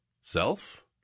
self